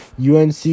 UNC